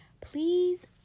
please